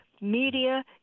Media